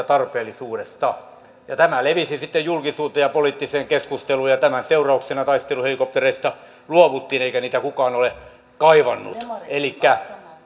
tarpeellisuudesta tämä levisi sitten julkisuuteen ja poliittiseen keskusteluun ja tämän seurauksena taisteluhelikoptereista luovuttiin eikä niitä kukaan ole kaivannut elikkä